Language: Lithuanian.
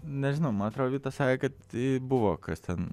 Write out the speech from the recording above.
nežinau man atrodo vytas sakė kad buvo kas ten